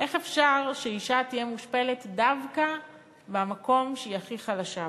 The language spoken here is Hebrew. איך אפשר שאישה תהיה מושפלת דווקא במקום שהיא הכי חלשה בו,